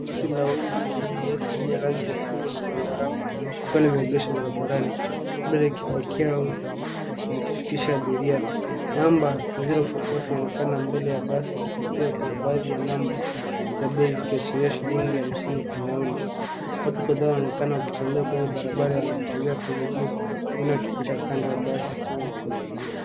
Basi la umma KBS lenye rangi ya buluu na zambarau likiwa limeegeshwa barabarani likipokea na likifikisha abiria. Namba 045 linaonekana mbele ya basi na pia kuna baadhi ya namba za bei zikiashiria shilingi hamsini kwa nauli. Watu kadhaa wanaonekana wakitembea kwenye barabara wanaotembea kwa miguu wengine wakipita kando ya basi.